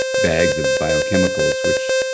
bags of biochemicals, which.